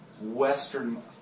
Western